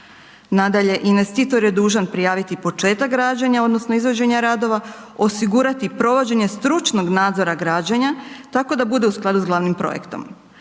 Nadalje, investitor je dužan prijaviti početak građenja odnosno izvođenja radova, osigurati provođenje stručnog nadzora građenja tako da bude u skladu sa glavnim projektom.